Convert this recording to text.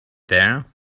there